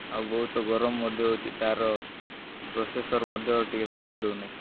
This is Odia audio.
ଆଉ ବହୁତ ଗରମ ମଧ୍ୟ ହେଉଛି ତା'ର ପ୍ରୋସେସର୍ ମଧ୍ୟ ଟିକିଏ କାମ ଦେଉନାହିଁ